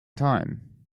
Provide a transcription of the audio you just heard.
time